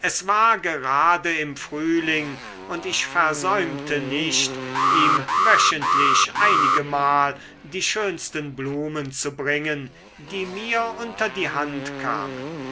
es war gerade im frühling und ich versäumte nicht ihm wöchentlich einigemal die schönsten blumen zu bringen die mir unter die hand kamen